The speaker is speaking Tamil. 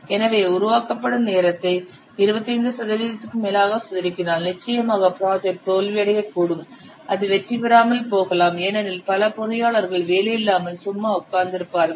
எனவே உருவாக்கப்படும் நேரத்தை 25 சதவிகிதத்திற்கும் மேலாக சுருக்கினால் நிச்சயமாக ப்ராஜெக்ட் தோல்வியடையக்கூடும் அது வெற்றிபெறாமல் போகலாம் ஏனெனில் பல பொறியாளர்கள் வேலை இல்லாமல் சும்மா உட்கார்ந்திருப்பார்கள்